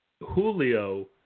Julio